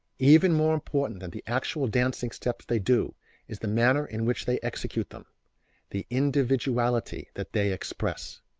even more important than the actual dancing steps they do is the manner in which they execute them the individuality that they express.